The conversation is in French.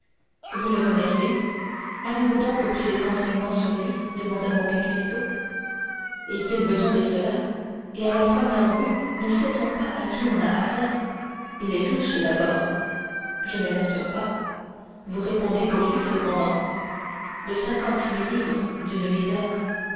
vous le connaissez avez-vous donc pris des renseignements sur lui demanda monte cristo est-il besoin de cela et à la première vue ne sait-on pas à qui on a affaire il est riche d'abord je ne l'assure pas vous répondez pour lui cependant de cinquante mille livres d'une misère